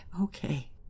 okay